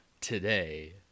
today